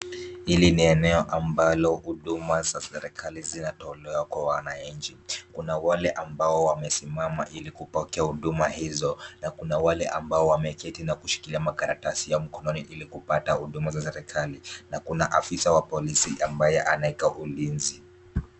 Hili ni eneo ambalo huduma za serikali zinatolewa kwa wananchi , kuna wale wamesimama ili kupokea huduma hizo ,na kuna wale ambao wameketi na kushikilia makaratasi yao mkononi ili kupata huduma za serikali, na kuna afisa wa polisi ambaye anaweka ulinzi .